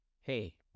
hey